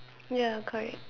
ya correct